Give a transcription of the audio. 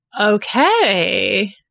Okay